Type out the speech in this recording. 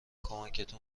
کمکتون